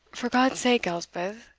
for god's sake, elspeth,